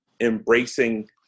embracing